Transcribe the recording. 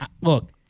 look